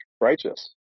Righteous